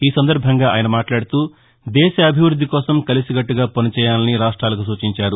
ఈ సందర్బంగా ఆయన మాట్లాడుతూ దేశాభివృద్ధి కోసం కలిసికట్లగా పనిచేయాలని రాష్ట్రాలకు సూచించారు